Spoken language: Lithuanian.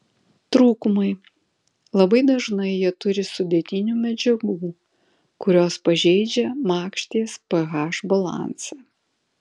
trūkumai labai dažnai jie turi sudėtinių medžiagų kurios pažeidžia makšties ph balansą